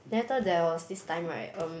then later there was this time right um